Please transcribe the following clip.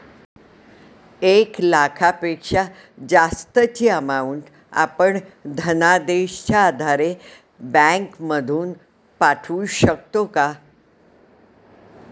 एक लाखापेक्षा जास्तची अमाउंट आपण धनादेशच्या आधारे बँक मधून पाठवू शकतो का?